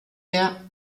der